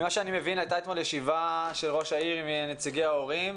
אני מבין שאתמול הייתה ישיבה של ראש העיר עם נציגי ההורים.